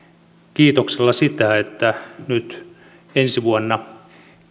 kiitoksella sitä että ensi vuonna